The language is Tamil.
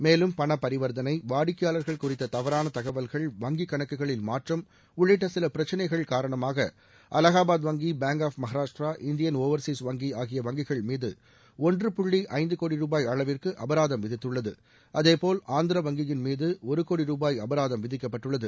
மேலும் பண பரிவர்த்தனை வாடிக்கையாளர்கள் குறித்த தவறான தகவல்கள் வங்கி கணக்குகளில் மாற்றம் உள்ளிட்ட சில பிரச்சினைகள் காரணமாக அலகாபாத் வங்கி bank of Maharashtra Indian overseas வங்கி ஆகிய வங்கிகள் மீது ஒன்று புள்ளி ஐந்தகோடி ரூபாய் அளிவிற்கு அபராதம் விதித்துள்ளது அதேபோல ஆந்திர வங்கியின் மீது ஒரு கோடி ருபாய் அபராதம் விதிக்கப்பட்டுள்ளது